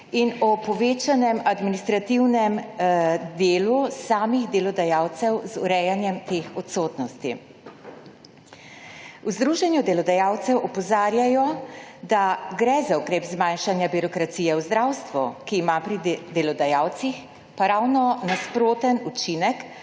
in o povečanem administrativnem delu samih delodajalcev z urejanjem teh odsotnosti. V Združenju delodajalcev opozarjajo, da gre za ukrep zmanjšanja birokracije v zdravstvu, ki ima pri delodajalcih pa ravno nasproten učinek,